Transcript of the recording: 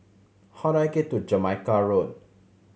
how do I get to Jamaica Road